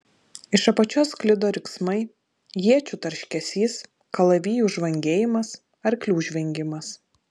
iš apačios sklido riksmai iečių tarškesys kalavijų žvangėjimas arklių žvengimas